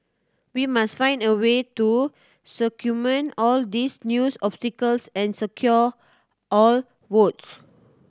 we must find a way to circumvent all these news obstacles and secure our votes